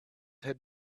had